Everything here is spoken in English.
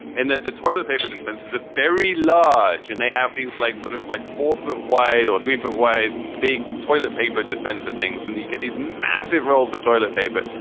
and that the toilet paper dispenser is a very large and they have these like sort of like four foot wide or three foot wide, big toilet paper dispenser things. and you get these massive rolls of toilet paper,